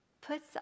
Puts